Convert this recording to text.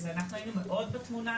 אז אנחנו היינו מאוד בתמונה,